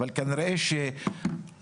אבל כנראה שהממשלות,